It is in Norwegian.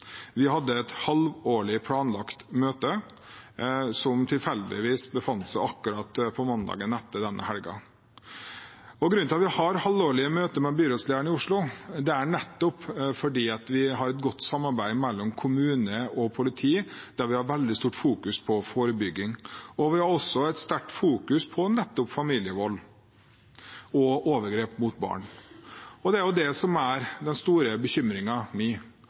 Vi hadde et halvårlig planlagt møte som tilfeldigvis befant seg akkurat på mandagen etter denne helgen. Grunnen til at vi har halvårlige møter med byrådslederen i Oslo, er nettopp at vi har et godt samarbeid mellom kommune og politi, der vi legger veldig stor vekt på forebygging. Vi fokuserer også mye på familievold og overgrep mot barn. Det er jo det som er min store